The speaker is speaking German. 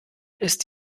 ist